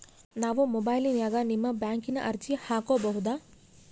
ನಾವು ಮೊಬೈಲಿನ್ಯಾಗ ನಿಮ್ಮ ಬ್ಯಾಂಕಿನ ಅರ್ಜಿ ಹಾಕೊಬಹುದಾ?